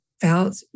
felt